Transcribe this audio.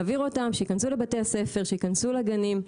להעביר אותם, שייכנסו לבתי הספר, שייכנסו לגנים.